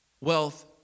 wealth